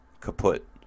kaput